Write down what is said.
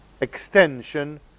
extension